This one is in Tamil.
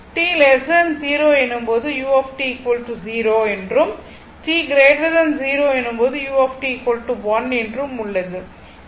t 0 எனும் போது u 0 என்றும் t 0 எனும் போது u 1 என்றும் உள்ளது